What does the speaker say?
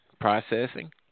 processing